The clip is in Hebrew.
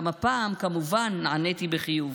גם הפעם, כמובן, נעניתי בחיוב.